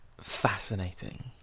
Fascinating